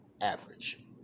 average